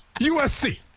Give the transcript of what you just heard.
USC